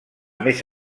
més